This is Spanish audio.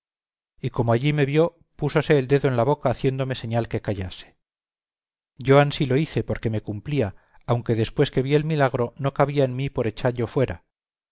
y como allí me vio púsose el dedo en la boca haciéndome señal que callase yo ansí lo hice porque me cumplía aunque después que vi el milagro no cabía en mí por echallo fuera